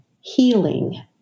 healing